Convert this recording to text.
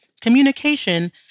communication